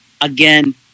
again